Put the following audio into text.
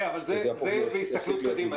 כן, אבל זה בהסתכלות קדימה.